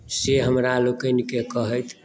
से हमरा लोकनिकेँ कहथि